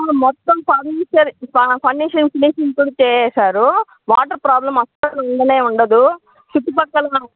మొత్తం furniture furnishing finishing కూడా చేసేసారు వాటర్ ప్రాబ్లమ్ అస్సలుండనే ఉండదు చుట్టు పక్కల